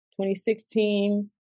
2016